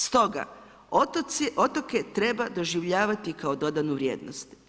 Stoga otoke treba doživljavati kao dodanu vrijednost.